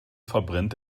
verbrennt